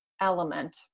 element